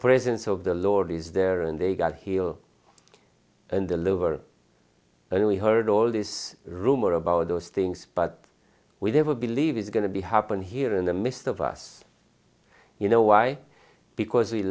presence of the lord is there and they got he'll in the liver and we heard all this rumor about those things but we never believe it's going to be happen here in the midst of us you know why because we